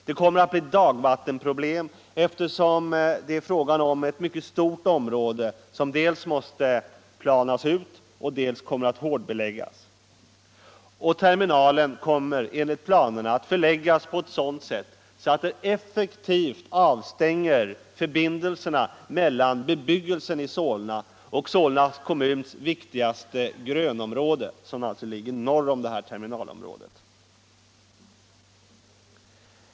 Det kommer att bli dagvattenproblem, eftersom det är fråga om ett mycket stort område, som dels måste planas ut, dels kommer att hårdbeläggas. Terminalerna kommer enligt planerna att förläggas på ett sådant sätt att de effektivt avstänger förbindelserna mellan bebyggelsen i Solna och Solna kommuns viktigaste grönområde, som alltså ligger norr om det tilltänkta terminalområdet.